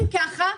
אם כך,